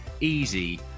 easy